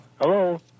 Hello